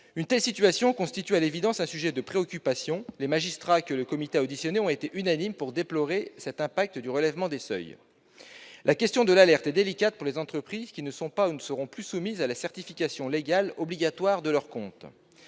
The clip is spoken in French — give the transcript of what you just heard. Une telle situation constitue à l'évidence un sujet de préoccupation. Les magistrats que le Comité a auditionnés ont été unanimes pour déplorer cet impact du relèvement des seuils. « La question de l'alerte est délicate pour les entreprises qui ne sont pas ou ne seront plus soumises à la certification légale obligatoire de leurs comptes.